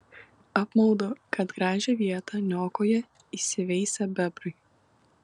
apmaudu kad gražią vietą niokoja įsiveisę bebrai